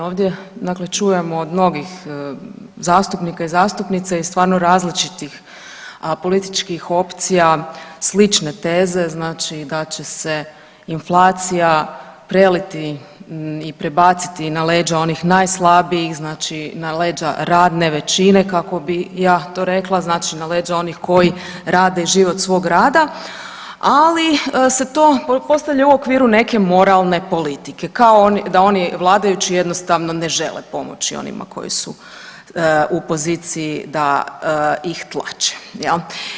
Ovdje dakle čujemo od mnogih zastupnika i zastupnica iz stvarno različitih apolitičkih opcija slične teze znači da će se inflacija preliti i prebaciti na leđa onih najslabijih, znači na leđa radne većine, kako bi ja to rekla, znači na leđa onih koji rade i žive od svog rada, ali se to pretpostavlja u okviru neke moralne politike kao da oni vladajući jednostavno ne žele pomoći onima koji su u poziciji da ih tlače jel.